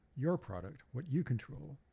your product, what you control,